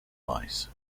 mice